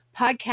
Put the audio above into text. podcast